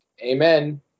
Amen